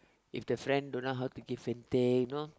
if the friend don't know how to give and take you know